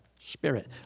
spirit